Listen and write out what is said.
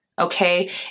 Okay